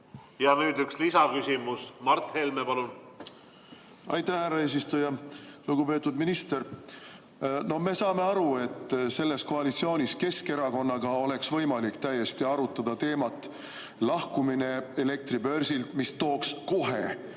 Ja nüüd üks lisaküsimus. Mart Helme, palun! Aitäh, härra eesistuja! Lugupeetud minister! Me saame aru, et selles koalitsioonis oleks Keskerakonnaga täiesti võimalik arutada teemat "Lahkumine elektribörsilt", mis tooks kohe